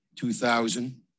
2000